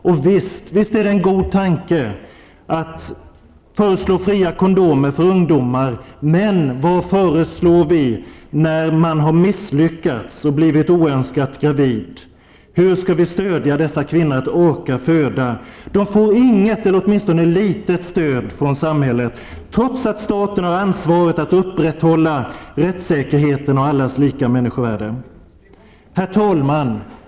Och visst är det en god tanke att föreslå fria kondomer för ungdomar -- men vad föreslår vi när man har misslyckats och blivit oönskat gravid? Hur skall vi stödja kvinnor för att orka föda? De får inget, eller åtminstone litet, stöd från samhället, trots att staten har ansvaret att upprätthålla rättssäkerheten och allas lika människovärde. Herr talman!